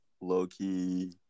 low-key